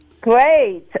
Great